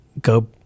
go